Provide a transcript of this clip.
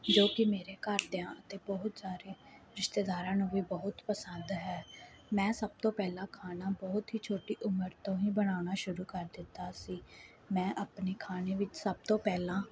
ਜੋ ਕਿ ਮੇਰੇ ਘਰਦਿਆਂ ਅਤੇ ਬਹੁਤ ਸਾਰੇ ਰਿਸ਼ਤੇਦਾਰਾਂ ਨੂੰ ਵੀ ਬਹੁਤ ਪਸੰਦ ਹੈ ਮੈਂ ਸਭ ਤੋਂ ਪਹਿਲਾਂ ਖਾਣਾ ਬਹੁਤ ਹੀ ਛੋਟੀ ਉਮਰ ਤੋਂ ਹੀ ਬਣਾਉਣਾ ਸ਼ੁਰੂ ਕਰ ਦਿੱਤਾ ਸੀ ਮੈਂ ਆਪਣੇ ਖਾਣੇ ਵਿੱਚ ਸਭ ਤੋਂ ਪਹਿਲਾਂ